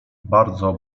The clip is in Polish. bardzo